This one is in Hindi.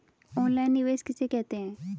ऑनलाइन निवेश किसे कहते हैं?